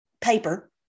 paper